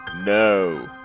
No